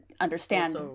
understand